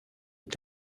est